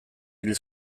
hil